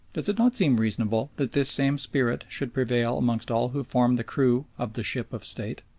does it not seem reasonable that this same spirit should prevail amongst all who form the crew of the ship of state?